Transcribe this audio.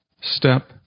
step